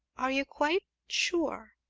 are you quite sure?